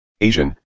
Asian